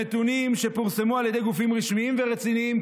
נתונים שפורסמו על ידי גופים רשמיים ורציניים,